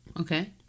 Okay